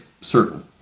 certain